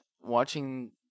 Watching